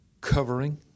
covering